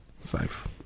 Safe